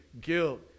guilt